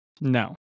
no